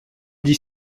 dix